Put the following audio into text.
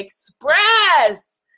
express